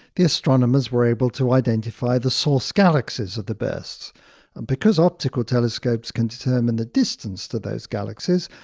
the astronomers were able to identify the source galaxies of the bursts. and because optical telescopes can determine the distance to those galaxies,